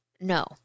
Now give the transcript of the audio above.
No